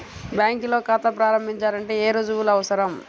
బ్యాంకులో ఖాతా ప్రారంభించాలంటే ఏ రుజువులు అవసరం?